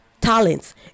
talents